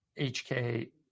HK